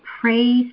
praise